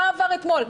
מה עבר אתמול'.